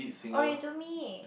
oh you told me